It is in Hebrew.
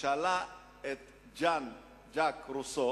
שאלה את ז'אן-ז'אק רוסו